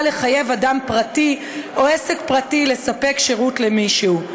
לחייב אדם פרטי או עסק פרטי לספק שירות למישהו?